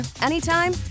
anytime